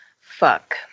Fuck